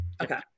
Okay